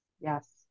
Yes